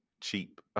cheap